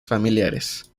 familiares